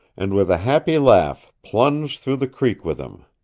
and with a happy laugh plunged through the creek with him.